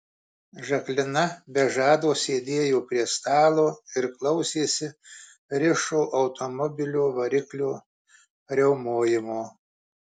žaklina be žado sėdėjo prie stalo ir klausėsi rišo automobilio variklio riaumojimo